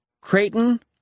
Creighton